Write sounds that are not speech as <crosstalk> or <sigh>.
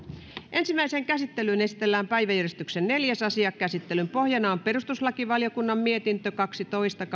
ensimmäiseen käsittelyyn esitellään päiväjärjestyksen neljäs asia käsittelyn pohjana on perustuslakivaliokunnan mietintö kaksitoista <unintelligible>